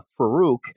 Farouk